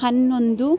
ಹನ್ನೊಂದು